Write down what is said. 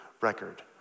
record